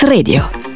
Radio